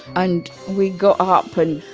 and we got up. and